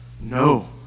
No